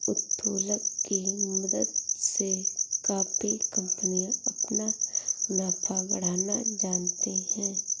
उत्तोलन की मदद से काफी कंपनियां अपना मुनाफा बढ़ाना जानती हैं